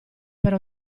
per